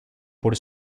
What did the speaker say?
por